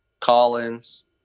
Collins